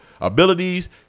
abilities